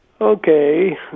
Okay